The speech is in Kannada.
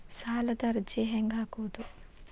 ಸಾಲದ ಅರ್ಜಿ ಹೆಂಗ್ ಹಾಕುವುದು?